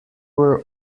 were